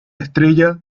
estrella